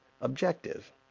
objective